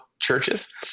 churches